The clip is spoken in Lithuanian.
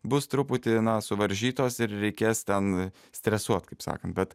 bus truputį na suvaržytos ir reikės ten stresuot kaip sakant bet